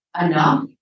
enough